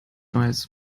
weiß